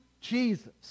Jesus